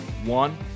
One